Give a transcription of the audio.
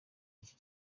iki